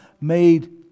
made